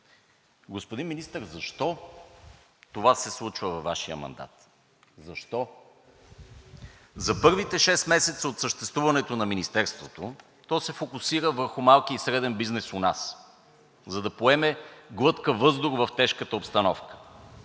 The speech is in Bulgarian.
Господин Министър, защо това се случва във Вашия мандат? Защо? За първите шест месеца от съществуването на Министерството, то се фокусира върху малкия и среден бизнес у нас, за да поеме глътка въздух в тежката обстановка.